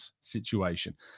situation